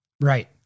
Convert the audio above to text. Right